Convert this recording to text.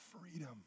freedom